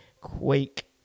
quake